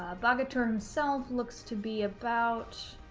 ah baghatur himself looks to be about,